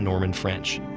norman french.